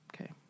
Okay